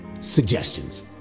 suggestions